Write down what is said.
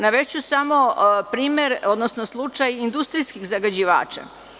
Navešću samo primer, odnosno slučaj industrijskih zagađivača.